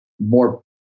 more